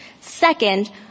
Second